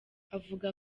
avuga